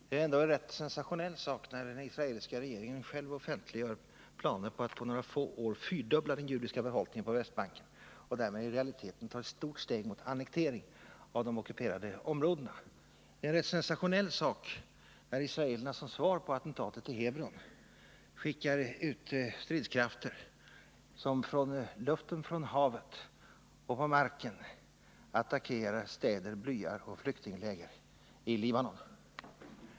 Det är ändå rätt sensationellt när den israeliska regeringen själv offentliggör planer på att på några få år fyrdubbla den judiska befolkningen på Västbanken och därmed i realiteten ta ett stort steg mot annektering av de ockuperade områdena. En annan sensationell sak är att israelerna som svar på attentatet i Hebron skickar ut stridskrafter, som från luften, från havet och på marken attackerar städer, byar och flyktingläger i Libanon.